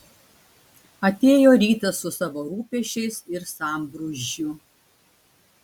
atėjo rytas su savo rūpesčiais ir sambrūzdžiu